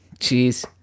Jeez